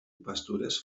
pastures